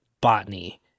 botany